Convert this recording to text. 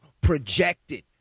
projected